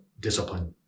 discipline